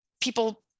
people